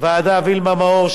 הוועדה וילמה מאור,